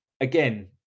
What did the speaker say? again